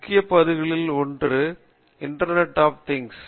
முக்கிய பகுதிகளில் ஒன்று இன்டர்நெட் அப் திங்ஸ்